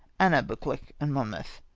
anna buccleuch and monmouth.